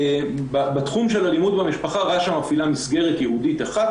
בתחום של אלימות במשפחה הייתה מסגרת ייעודית אחת